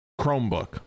Chromebook